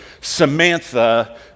Samantha